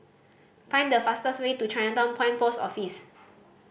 find the fastest way to Chinatown Point Post Office